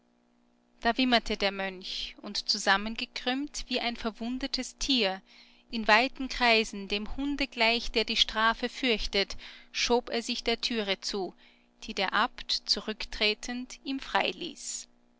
da wimmerte der mönch und zusammengekrümmt wie ein verwundetes tier in weiten kreisen dem hunde gleich der die strafe fürchtet schob er sich der türe zu die der abt zurücktretend ihm freiließ